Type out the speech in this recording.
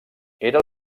era